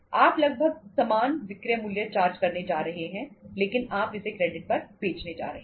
आप लगभग समान विक्रय मूल्य चार्ज करने जा रहे हैं लेकिन आप इसे क्रेडिट पर बेचने जा रहे हैं